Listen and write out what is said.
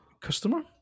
customer